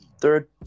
third